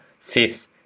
fifth